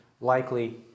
likely